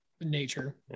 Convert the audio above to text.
nature